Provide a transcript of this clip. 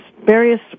Various